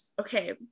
Okay